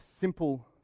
simple